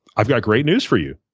i've got great news for you.